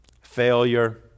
failure